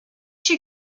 she